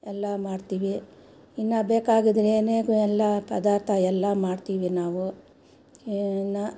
ಎಲ್ಲ ಮಾಡ್ತೀವಿ ಇನ್ನು ಬೇಕಾಗಿದ್ರೆಯೇ ಎಲ್ಲ ಪದಾರ್ಥ ಎಲ್ಲ ಮಾಡ್ತೀವಿ ನಾವು ನಾ